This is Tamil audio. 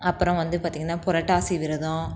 அப்புறம் வந்து பார்த்தீங்கன்னா புரட்டாசி விரதம்